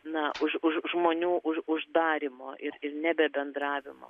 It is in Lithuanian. na už už žmonių uždarymo ir nebebendravimo